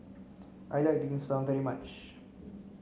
I like dim sum very much